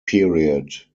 period